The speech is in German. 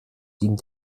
dient